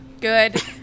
good